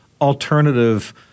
alternative